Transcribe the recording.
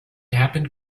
happened